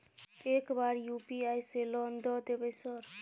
एक बार यु.पी.आई से लोन द देवे सर?